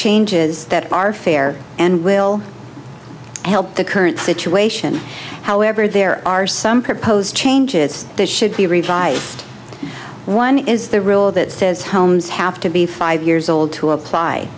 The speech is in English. changes that are fair and will help the current situation however there are some proposed changes that should be revised one is the rule that says homes have to be five years old to apply